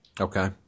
Okay